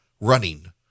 running